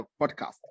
podcast